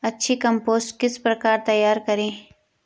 अच्छी कम्पोस्ट किस प्रकार तैयार करें?